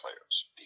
players